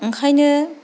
ओंखायनो